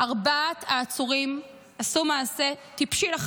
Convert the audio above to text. להישאר שומר סף איתן, לא להתפרק תחת